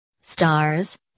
Stars